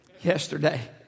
Yesterday